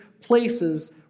places